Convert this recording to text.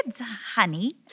honey